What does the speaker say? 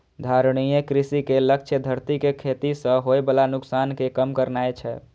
धारणीय कृषि के लक्ष्य धरती कें खेती सं होय बला नुकसान कें कम करनाय छै